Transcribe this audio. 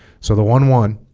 so the one one